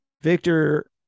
Victor